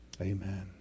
Amen